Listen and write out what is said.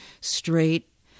straight